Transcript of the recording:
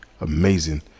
amazing